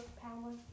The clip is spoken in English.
power